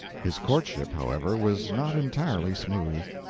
his courtship, however, was not entirely smooth.